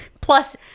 Plus